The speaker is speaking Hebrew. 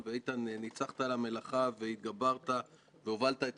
לגבי הדוח חשוב לי לציין מספר דברים.